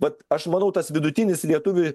vat aš manau tas vidutinis lietuvi